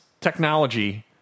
technology